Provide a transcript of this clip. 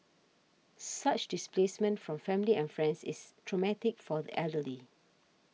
such displacement from family and friends is traumatic for the elderly